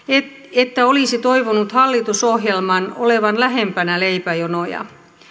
että olisi toivonut hallitusohjelman olevan lähempänä leipäjonoja